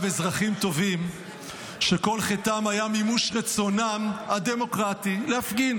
אזרחים טובים שכל חטאם היה מימוש רצונם הדמוקרטי להפגין,